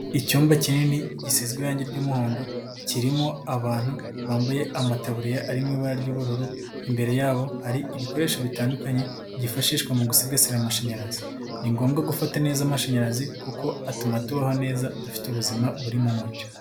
Icyumba kinini gisizwe irange ry'umuhondo kirimo abantu bambaye amataburiya ari mu ibara ry'ubururu, imbere yabo hari ibikoresho bitandukanye byifashishwa mu gusigasira amashanyarazi. Ni ngombwa gufata neza amashanyarazi kuko atuma tubaho neza dufite ubuzima buri mu mucyo.